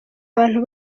abantu